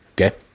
Okay